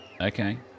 Okay